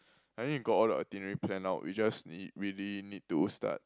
I mean we got all the itinerary plan out we just really really need to start